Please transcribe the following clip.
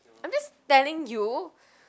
I'm just telling you